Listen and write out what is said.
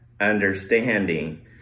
understanding